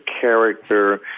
character